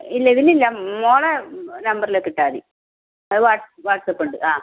ഇല്ല ഇതിലില്ല മകളെ നമ്പറിലേക്ക് ഇട്ടാൽ മതി അത് വാട്ട്സ്ആപ്പ് ഉണ്ട് ആ